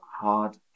hard